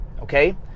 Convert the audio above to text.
okay